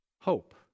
hope